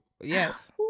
Yes